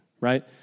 right